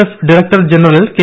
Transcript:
F director general K